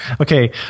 Okay